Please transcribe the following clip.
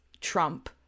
trump